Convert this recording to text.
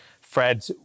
Fred